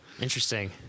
interesting